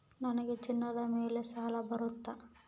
ನನಗೆ ಚಿನ್ನದ ಮೇಲೆ ಸಾಲ ಬರುತ್ತಾ?